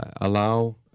allow